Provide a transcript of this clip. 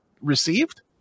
received